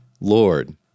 Lord